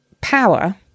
power